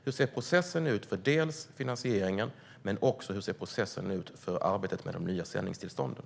Hur ser processen ut för finansieringen och för arbetet med de nya sändningstillstånden?